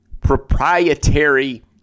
proprietary